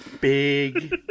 big